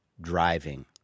driving